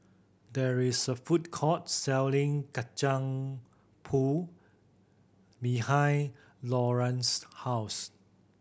there is a food court selling Kacang Pool behind Laurance's house